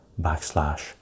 backslash